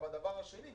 אבל הדבר השני,